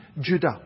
Judah